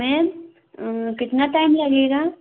ma'am कितना time लगेगा